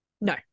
No